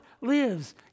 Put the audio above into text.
lives